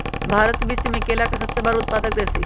भारत विश्व में केला के सबसे बड़ उत्पादक देश हई